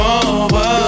over